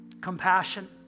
compassion